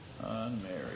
Unmarried